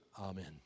Amen